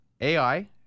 AI